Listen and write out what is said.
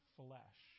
flesh